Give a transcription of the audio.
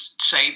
say